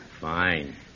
Fine